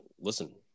listen